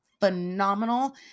phenomenal